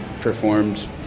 performed